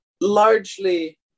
largely